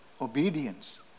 Obedience